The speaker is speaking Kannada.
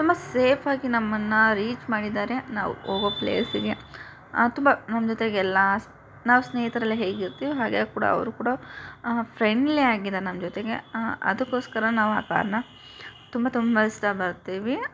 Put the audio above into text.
ತುಂಬ ಸೇಫಾಗಿ ನಮ್ಮನ್ನು ರೀಚ್ ಮಾಡಿದ್ದಾರೆ ನಾವು ಹೋಗೋ ಪ್ಲೇಸಿಗೆ ತುಂಬ ನಮ್ಮ ಜೊತೆಗೆಲ್ಲ ನಾವು ಸ್ನೇಹಿತರೆಲ್ಲಾ ಹೇಗೆ ಇರ್ತೀವೋ ಹಾಗೆ ಕೂಡ ಅವರು ಕೂಡ ಫ್ರೆಂಡ್ಲಿ ಆಗಿದ್ದಾರೆ ನಮ್ಮ ಜೊತೆಗೆ ಅದಕ್ಕೋಸ್ಕರ ನಾವು ಆ ಕಾರನ್ನ ತುಂಬ ತುಂಬ ಇಷ್ಟ ಪಡ್ತೀವಿ